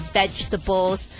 vegetables